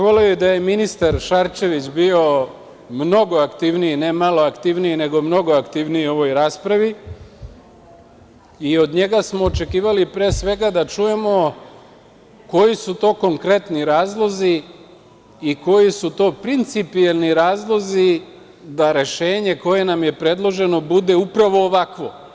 Voleo bih da je i ministar Šarčević bio mnogo aktivniji, ne malo aktivniji, nego mnogo aktivniji u ovoj raspravi i od njega smo očekivali pre svega da čujemo koji su to konkretni razlozi i koji su to principijelni razlozi da rešenje koje nam je predloženo bude upravo ovakvo.